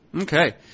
Okay